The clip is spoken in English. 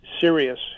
serious